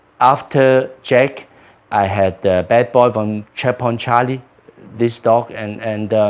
after jack i had badboy vom checkpoint charlie this dog and and